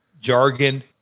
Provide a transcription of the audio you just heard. jargon